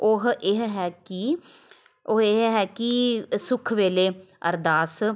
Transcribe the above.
ਉਹ ਇਹ ਹੈ ਕਿ ਉਹ ਇਹ ਹੈ ਕਿ ਸੁੱਖ ਵੇਲੇ ਅਰਦਾਸ